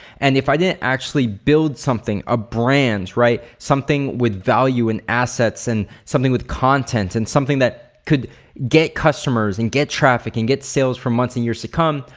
and if i didn't actually build something, a brand, right? something with value and assets and something with content and something that could get customers and get traffic and get sales for months and years to come,